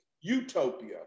utopia